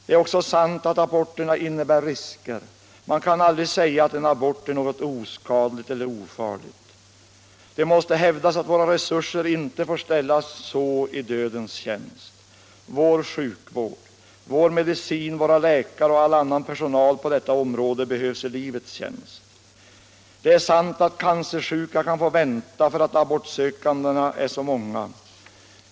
Det är också sant att aborterna innebär risker. Man kan aldrig säga att en abort är något oskadligt eller ofarligt. Det måste hävdas att våra resurser inte får ställas i dödens tjänst. Vår sjukvård, vår medicin, våra läkare och all annan personal på detta område behövs i livets tjänst. Det är sant att cancersjuka kan få vänta för att de abortsökande är så många.